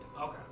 okay